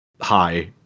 hi